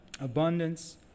abundance